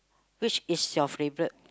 which is your favorite